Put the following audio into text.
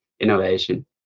innovation